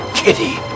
kitty